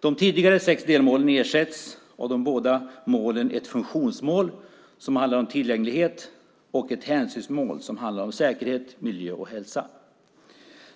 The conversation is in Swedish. De tidigare sex delmålen ersätts av två mål: ett funktionsmål som handlar om tillgänglighet och ett hänsynsmål som handlar om säkerhet, miljö och hälsa.